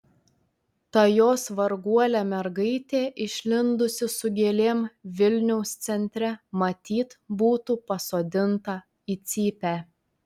ta jos varguolė mergaitė išlindusi su gėlėm vilniaus centre matyt būtų pasodinta į cypę